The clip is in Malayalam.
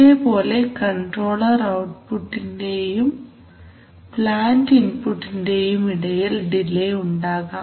ഇതേപോലെ കൺട്രോളർ ഔട്ട്പുട്ടിന്റെയും പ്ലാൻറ് ഇൻപുട്ടിന്റെയും ഇടയിൽ ഡിലെ ഉണ്ടാകാം